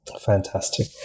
Fantastic